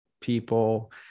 people